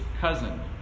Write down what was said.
cousin